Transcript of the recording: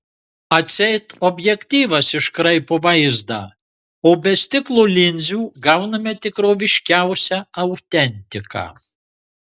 atseit objektyvas iškraipo vaizdą o be stiklo linzių gauname tikroviškiausią autentiką